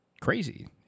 crazy